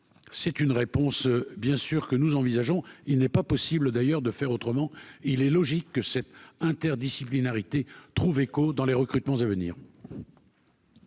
c'est une réponse bien sûr que nous envisageons, il n'est pas possible d'ailleurs de faire autrement, il est logique que cette interdisciplinarité trouve écho dans les recrutements à venir.